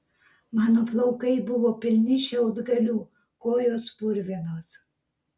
mano plaukai buvo pilni šiaudgalių kojos purvinos